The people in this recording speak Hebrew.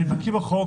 אני בקיא בחוק.